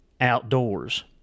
outdoors